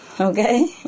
okay